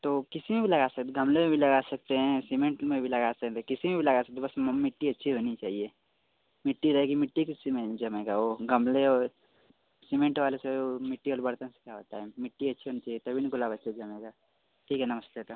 तो किसी में भी लगा सकते गमले में भी लगा सकते हैं सीमेंट में भी लगा सकते किसी में भी लगा सकते बस मिट्टी अच्छी होनी चाहिए मिट्टी रहेगी मिट्टी किसमें जमेगा ओ गमले और सीमेंट वाले से मिट्टी वाले बर्तन से क्या होता है मिट्टी अच्छी होनी चाहिए तभी ना गुलाब अच्छे से जमेगा ठीक है नमस्ते तो